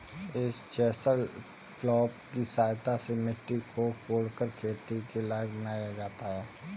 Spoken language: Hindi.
इस चेसल प्लॉफ् की सहायता से मिट्टी को कोड़कर खेती के लायक बनाया जाता है